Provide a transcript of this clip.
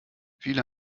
viele